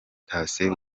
thacien